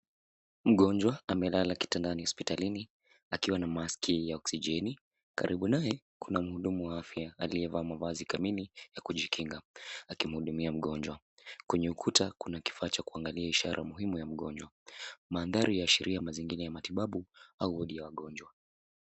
Mgonjwa amelala kitandani hospitalini akiwa na mask ya oksijeni. Karibu naye kuna mhudumu wa afya aliyevaa mavazi kamili ya kujikinga akimhudumia mgonjwa. Kwenye ukuta kuna kifaa cha kuangalia ishara muhimu ya mgonjwa. Mandhari yanaashiria mazingira ua matibabu au wodi ya wagonjwa.